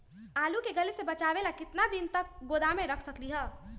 आलू के गले से बचाबे ला कितना दिन तक गोदाम में रख सकली ह?